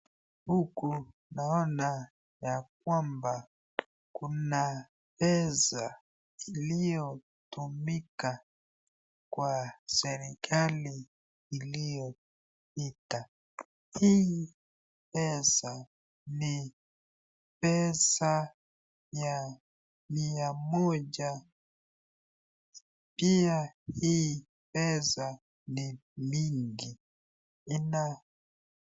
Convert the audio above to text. Huku naona ya kwamba kuna pesa iliyotumika kwa serikali iliyopita. Hii pesa ni pesa ya mia moja pia hii pesa ni mingi ina.